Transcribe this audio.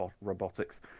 robotics